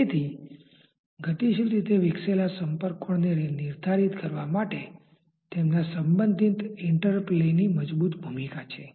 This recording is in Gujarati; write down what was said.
તેથી ગતિશીલ રીતે વિકસેલા સંપર્ક કોણ ને નિર્ધારિત કરવા માટે તેમના સંબંધિત ઇન્ટરપ્લેની મજબૂત ભૂમિકા છે